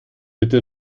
bitte